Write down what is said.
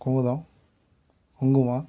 Kumudam Kungumam